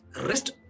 rest